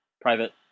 private